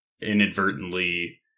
inadvertently